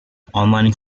online